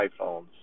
iPhones